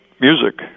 music